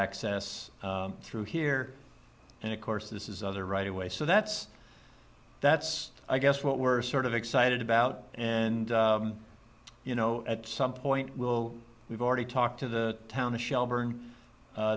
access through here and of course this is other right away so that's that's i guess what we're sort of excited about and you know at some point we'll we've already talked to the town the shel